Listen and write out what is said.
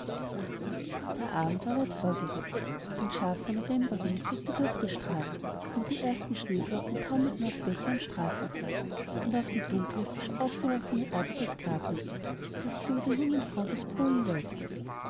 der abend war weit vorgerückt ein scharfer novemberwind fegte durch die straßen und die ersten schneeflocken taumelten auf dächer und straßenpflaster und auf die dunkle frisch aufgeworfene erde des grabhügels der sich über der jungen frau des polen wölbte